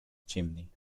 chimney